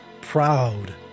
proud